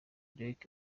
riek